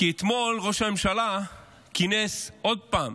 כי אתמול ראש הממשלה כינס עוד פעם